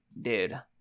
Dude